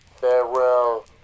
Farewell